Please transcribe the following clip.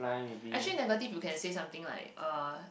actually negative you can say something like uh